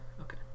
Okay